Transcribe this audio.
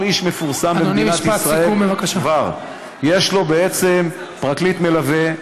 כל איש מפורסם במדינת ישראל יש לו בעצם פרקליט מלווה,